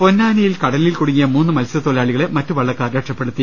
പൊന്നാനിയിൽ കടലിൽ കുടുങ്ങിയ മൂന്ന് മത്സ്യത്തൊഴിലാളികളെ മറ്റ് വള്ളക്കാർ രക്ഷപ്പെടുത്തി